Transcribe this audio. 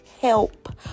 help